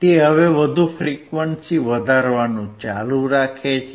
તે હવે વધુ ફ્રીક્વન્સી વધારવાનું ચાલુ રાખે છે